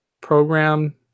program